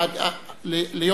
אולי נשיר ביחד "היום יום הולדת"?